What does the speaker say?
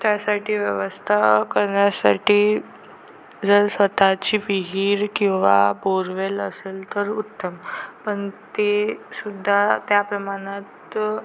त्यासाठी व्यवस्था करण्यासाठी जर स्वतःची विहीर किंवा बोरवेल असेल तर उत्तम पण ते सुद्धा त्या प्रमाणात